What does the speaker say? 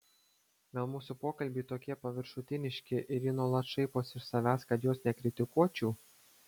gal mūsų pokalbiai tokie paviršutiniški ir ji nuolat šaiposi iš savęs kad jos nekritikuočiau